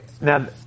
now